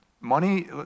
Money